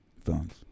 Phones